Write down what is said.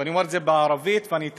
אני אומר את זה בערבית ואתרגם: